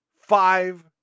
five